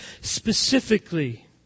specifically